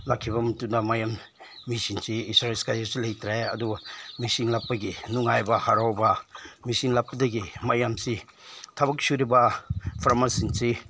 ꯂꯥꯛꯈꯤꯕ ꯅꯨꯃꯤꯠꯇꯨꯗ ꯃꯌꯥꯝ ꯃꯦꯆꯤꯟꯁꯤ ꯑꯦꯛꯁꯔꯁꯥꯏꯁ ꯈꯩꯁꯨ ꯂꯩꯇ꯭ꯔꯦ ꯑꯗꯨꯕꯨ ꯃꯦꯆꯤꯟ ꯂꯥꯛꯄꯒꯤ ꯅꯨꯡꯉꯥꯏꯕ ꯍꯔꯥꯎꯕ ꯃꯦꯆꯤꯟ ꯂꯥꯛꯄꯗꯒꯤ ꯃꯌꯥꯝꯁꯤ ꯊꯕꯛ ꯁꯨꯔꯤꯕ ꯐꯥꯔꯃꯔꯁꯤꯡꯁꯤ